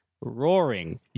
roaring